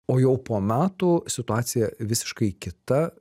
o jau po metų situacija visiškai kita